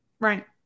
Right